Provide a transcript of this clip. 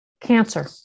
cancer